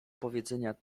powiedzenia